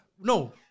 no